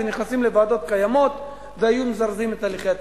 כי אז נכנסים לוועדות קיימות והיו מזרזים את תהליכי התכנון.